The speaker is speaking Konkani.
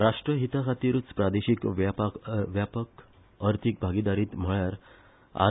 राष्ट्र हिताखातीरच प्रादेशिक व्यापक आर्थिक भागीदारीत म्हळ्यार आर